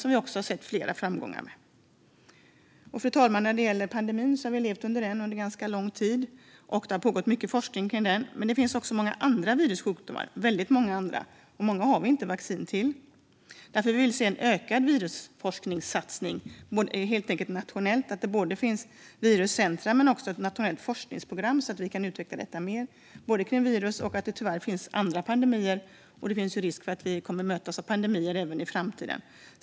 Ett forskningsområde som behöver prioriteras är kvinnosjukdomar. Fru talman! Vi har levt med en pandemi under ganska lång tid, och det har som sagt forskats mycket på den. Men det finns många andra virussjukdomar där vi inte har vaccin. Därför vill vi se en ökad nationell satsning på virusforskning. Det ska finnas både viruscentrum och forskningsprogram för att utveckla forskningen och kunna möta eventuella nya pandemier i framtiden.